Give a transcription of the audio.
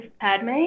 Padme